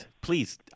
Please